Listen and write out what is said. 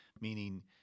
meaning